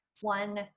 one